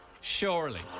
Surely